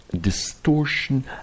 distortion